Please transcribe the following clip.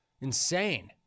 Insane